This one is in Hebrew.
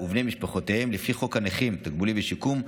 ובני משפחותיהם לפי חוק הנכים (תגמולים ושיקום),